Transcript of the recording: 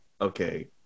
okay